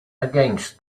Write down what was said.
against